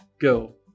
Go